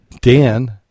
Dan